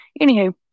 Anywho